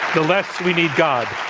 the less we need god.